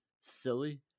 silly